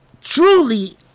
truly